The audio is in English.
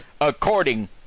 according